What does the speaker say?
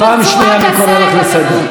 פעם שנייה אני קורא אותך לסדר.